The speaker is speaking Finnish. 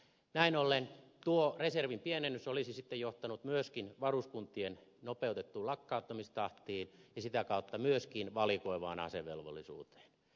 näin ollen tuo reservin pienennys olisi sitten johtanut myöskin varuskuntien nopeutettuun lakkauttamistahtiin ja sitä kautta myöskin valikoivaan asevelvollisuuteen